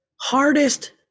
Hardest